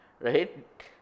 right